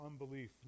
unbelief